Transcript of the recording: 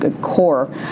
core